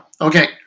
Okay